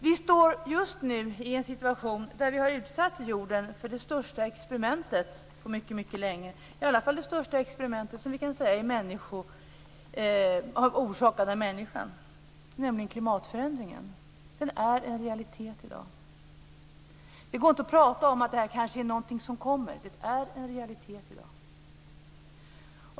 Vi står just nu i en situation där vi har utsatt jorden för det största experimentet på mycket länge, i alla fall det största experiment som har orsakats av människan, nämligen klimatförändringen. Den är en realitet i dag. Det går inte att prata om att det här är någonting som kanske kommer; det är realitet i dag.